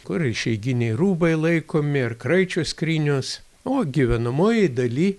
kur išeiginiai rūbai laikomi ir kraičio skrynios o gyvenamojoj daly